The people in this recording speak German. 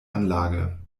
anlage